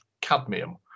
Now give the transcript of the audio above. cadmium